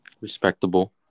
respectable